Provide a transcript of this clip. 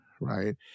right